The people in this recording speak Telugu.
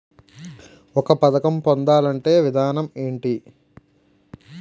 ఒక పథకం పొందాలంటే విధానం ఏంటి?